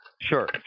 Sure